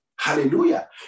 Hallelujah